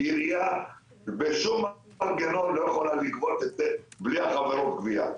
עירייה בשום מנגנון לא יכולה לגבות את זה בלי חברות הגבייה.